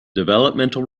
developmental